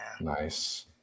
Nice